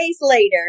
later